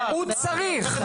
הוא צריך.